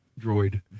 Droid